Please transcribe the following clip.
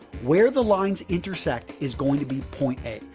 where the lines intersect is going to be point a,